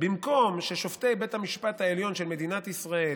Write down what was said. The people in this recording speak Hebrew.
במקום ששופטי בית המשפט העליון של מדינת ישראל